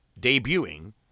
debuting